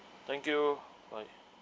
thank you alright